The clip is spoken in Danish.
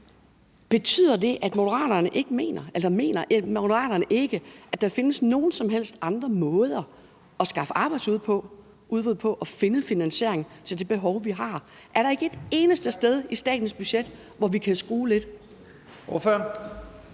Betyder det så, at Moderaterne ikke mener, at der findes nogen som helst andre måder at skaffe arbejdsudbud på og finde finansiering til det behov, vi har? Er der ikke et eneste sted i statens budget, hvor vi kan skrue lidt? Kl.